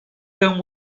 byłam